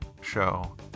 show